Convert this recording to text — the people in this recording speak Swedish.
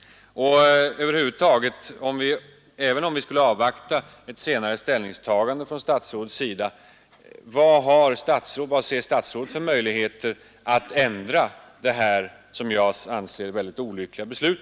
Och även om vi skulle avvakta ett senare ställningstagande från kommunikationsministern, vad ser statsrådet för möjligheter att ändra på detta enligt min mening mycket olyckliga beslut?